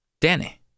Danny